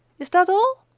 is that all?